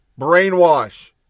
Brainwash